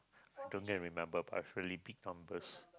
don't get remember but it's really big numbers